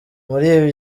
muri